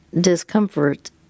discomfort